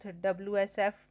WSF